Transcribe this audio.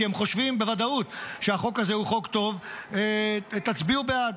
כי הם חושבים בוודאות שהחוק הזה הוא חוק טוב: תצביעו בעד,